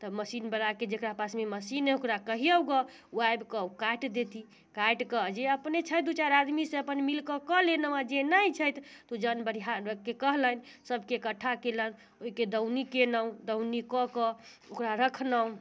तऽ मशीनवला के जकरा पासमे मशीन अइ ओकरा कहियौ गऽ ओ आबिकऽ काटि देती काटिकऽ जे छै अपने दू चारि आदमीसँ अपन मिलकऽ कऽ लेनहुँ जे नहि छै तऽ उ जौन बनिहारके कहलनि सभके इकट्ठा कयलनि ओइके दौनी केनहुँ दौनी कऽ कऽ ओकरा रखनहुँ